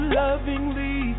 lovingly